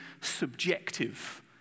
subjective